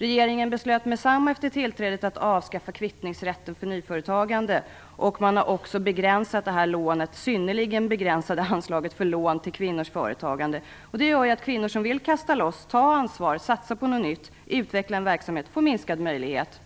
Regeringen beslöt med detsamma efter tillträdet att avskaffa kvittningsrätten för nyföretagande, och man har också minskat det synnerligen begränsade anslaget för lån till kvinnors företagande. Det innebär att kvinnor som vill kasta loss, ta ansvar, satsa på något nytt och utveckla en verksamhet får minskade möjligheter.